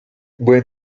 buen